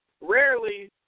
rarely